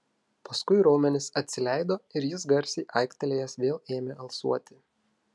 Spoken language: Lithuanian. paskui raumenys atsileido ir jis garsiai aiktelėjęs vėl ėmė alsuoti